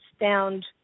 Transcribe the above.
found